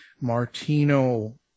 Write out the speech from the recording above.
Martino